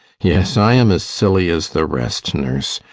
yes, i am as silly as the rest, nurse,